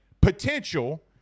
potential –